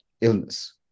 illness